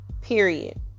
Period